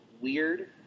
weird